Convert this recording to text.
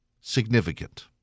significant